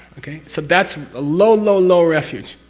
okay? so, that's a low low low refuge.